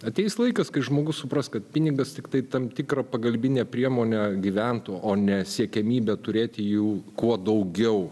ateis laikas kai žmogus supras kad pinigas tiktai tam tikra pagalbinė priemonė gyventų o ne siekiamybė turėti jų kuo daugiau